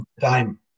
time